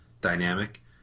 dynamic